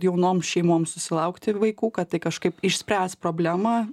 jaunom šeimoms susilaukti vaikų kad tai kažkaip išspręs problemą